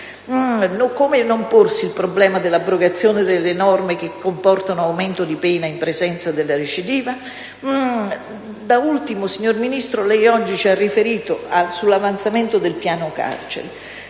come non porsi il problema dell'abrogazione delle norme che comportano aumento di pena in presenza della recidiva? Da ultimo, signor Ministro, lei oggi ci ha riferito sull'avanzamento del piano carceri.